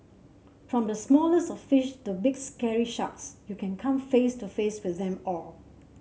from the smallest of fish to big scary sharks you can come face to face with them all